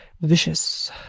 vicious